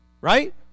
right